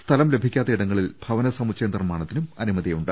സ്ഥലം ലഭിക്കാത്ത ഇടങ്ങളിൽ ഭവനസൃമുച്ചയ നിർമാണത്തിനും അനുമതിയുണ്ട്